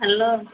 hello